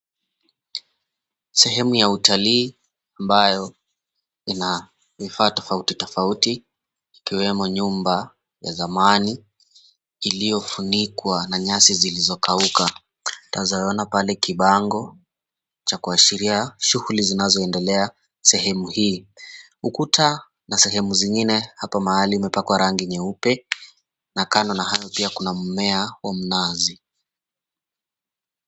Sehemu ya utalii ambayo ina vifaa tofauti tofauti ikiwemo nyumba ya zamani iliyofunikwa na nyasi zilizokauka twaeza ona pale kibango cha kuashiria shughuli zinazoendelea sehemu hii, ukuta na sehemu zingine hapa mahali imepakwa rangi nyeupe na kando na hayo pia kuna mmea wa mnazi.